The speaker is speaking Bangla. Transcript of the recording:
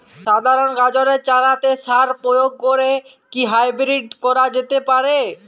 সাধারণ গাজরের চারাতে সার প্রয়োগ করে কি হাইব্রীড করা যেতে পারে?